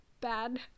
bad